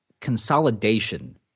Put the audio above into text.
consolidation